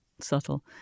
subtle